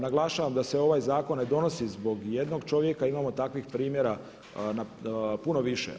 Naglašavam da se ovaj zakon ne odnosi zbog jednog čovjeka, imamo takvih primjera puno više.